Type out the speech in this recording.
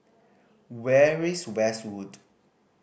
very is Westwood